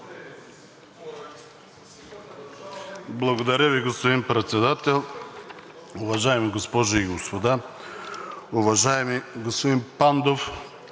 Благодаря Ви, господин Председател. Уважаеми госпожи и господа! Уважаеми господин Пандов,